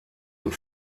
und